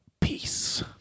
Peace